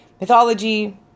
Mythology